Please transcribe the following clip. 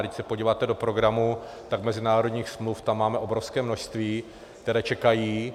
A když se podíváte do programu, tak mezinárodních smluv tam máme obrovské množství, které čekají.